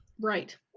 Right